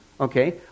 Okay